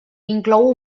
inclou